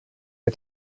ihr